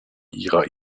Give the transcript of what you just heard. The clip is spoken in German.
ihrer